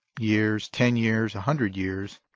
years, ten years, a hundred years,